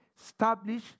Establish